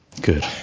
Good